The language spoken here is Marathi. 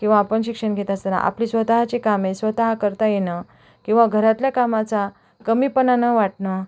किंवा आपण शिक्षण घेत असताना आपली स्वतःची कामे स्वतः करता येणं किंवा घरातल्या कामाचा कमीपणा न वाटणं